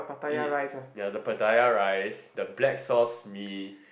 it ya the pattaya rice the black sauce mee